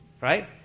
Right